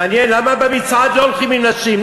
מעניין, למה במצעד לא הולכים עם נשים?